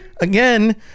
Again